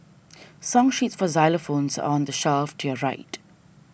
song sheets for xylophones are on the shelf to your right